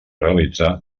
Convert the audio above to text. realitzar